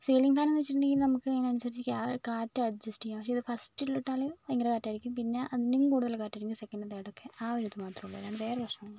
ceiling fan എന്ന് വെച്ചിട്ടുണ്ടെങ്കിൽ നമുക്ക് അതിനനുസരിച്ച് ക്യാ കാറ്റ് അഡ്ജസ്റ്റ് ചെയ്യാം പക്ഷേ ഇത് ഫസ്റ്റില് ഇട്ടാൽ ഭയങ്കര കാറ്റായിരിക്കും പിന്നെ അതിലും കുടുതല് കാറ്റായിരിക്കും സെക്കന്റും തേര്ഡും ഒക്കെ ആ ഒരു ഇത് മാത്രമേ ഉള്ളൂ അല്ലാണ്ട് വേറെ പ്രശ്നം ഒന്നുമില്ല